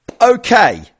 Okay